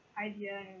idea